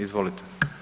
Izvolite.